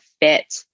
fit